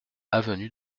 avenue